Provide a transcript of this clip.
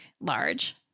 large